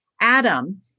Adam